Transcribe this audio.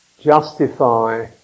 justify